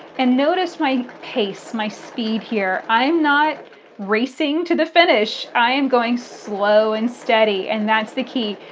and notice my pace, my speed here. i'm not racing to the finish i am going slow and steady, and that's the key.